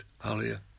Hallelujah